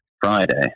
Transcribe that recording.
Friday